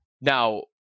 Now